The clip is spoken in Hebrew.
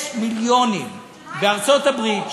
יש מיליונים בארצות-הברית,